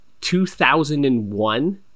2001